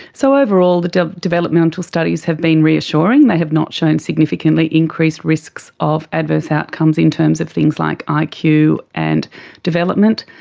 so overall the developmental studies have been reassuring, they have not shown significantly increased risks of adverse outcomes in terms of things like ah like iq and development.